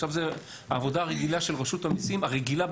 עכשיו זה העבודה הרגילה של רשות המיסים ה"רגילה"